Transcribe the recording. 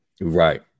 Right